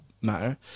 matter